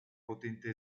potente